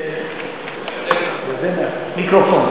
ירדנה, מיקרופון.